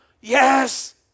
yes